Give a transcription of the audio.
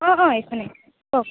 অঁ হয় এইখনেই কওক